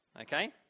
okay